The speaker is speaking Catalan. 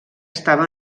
estava